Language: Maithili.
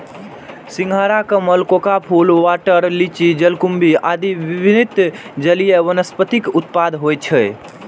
सिंघाड़ा, कमल, कोका फूल, वाटर लिली, जलकुंभी आदि विभिन्न जलीय वनस्पतिक उत्पादन होइ छै